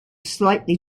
slightly